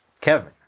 Kevin